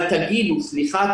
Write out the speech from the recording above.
אבל תגידו: סליחה,